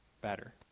better